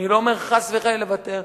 אני לא אומר חס וחלילה לוותר,